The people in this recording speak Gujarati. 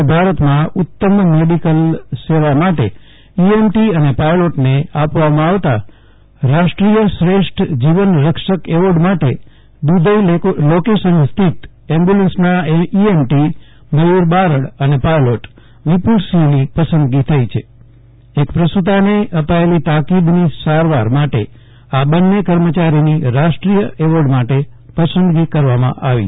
સમગ્ર ભારતમાં ઉત્તમ મેડિકલ સેવા માટે ઇએમટી અને પાયલોટને આપવામાં આવતા રાષ્ટ્રીય શ્રેષ્ઠ જીવન રક્ષક એવોર્ડ માટે દૂધઈ લોકેશન સ્થિત અખ્બ્યુ લસના ઇએમટી મયુ ર બારડ અને પાયલોટ વિપુલસિંહની પસંદગી થઈ છે એક પ્રસૂ તાને અપાયેલી તાકીદની સારવાર માટે આ બન્ને કર્મચારીની રાષ્ટ્રીય એવોર્ડ માટે પસંદગી કરવામાં આવી છે